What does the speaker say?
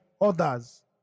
others